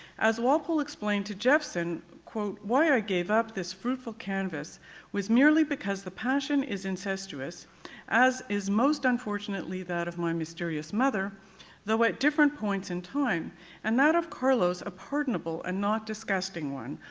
as walpole explained to jephson, why i gave up this fruitful canvas was merely because the passion is incestuous as is most unfortunately that of my mysterious mother though at different points in time and that of carlos a pardonable and not disgusting one,